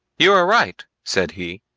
you are right, said he,